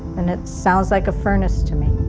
and it sounds like a furnace to me